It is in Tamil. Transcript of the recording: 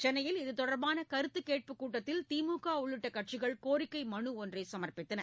சென்னையில் இது தொடர்பான கருத்துக்கேட்புக் கூட்டத்தில் திமுக உள்ளிட்ட கட்சிகள் கோரிக்கை மனு ஒன்றை சமர்ப்பித்தன